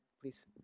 please